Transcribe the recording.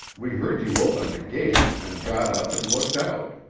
we heard you open the gate and got up and looked out.